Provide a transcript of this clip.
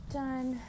done